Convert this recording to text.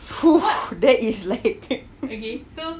!oof! that is like